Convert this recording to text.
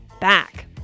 back